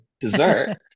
dessert